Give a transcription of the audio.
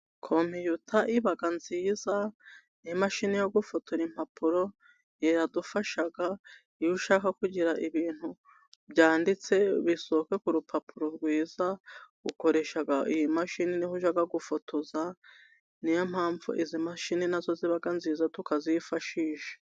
Kompuwita iba nziza n'imashini yogufotora impapuro. Idufasha iyo ushaka kugira ibintu byanditse bisohoka k'urupapuro rwiza, ukoresha iyi mashini niho ujya gufotoza niyo mpamvu izi mashini nazo ziba nziza tukaziyifashisha.